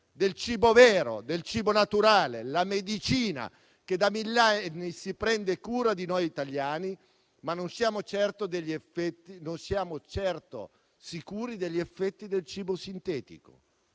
del cibo vero, del cibo naturale, la medicina che da millenni si prende cura di noi italiani, mentre non siamo certo sicuri degli effetti del cibo sintetico.